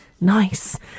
Nice